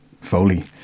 Foley